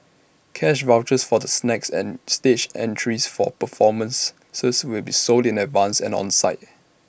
cash vouchers for the snacks and stage entries for performances will be sold in advance and on site